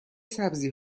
سبزی